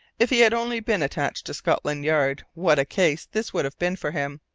if he had only been attached to scotland yard, what a case this would have been for him!